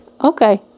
Okay